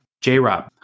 J-Rob